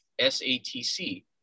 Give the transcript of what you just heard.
SATC